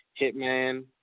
Hitman